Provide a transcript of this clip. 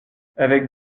avec